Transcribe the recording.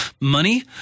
money